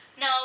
no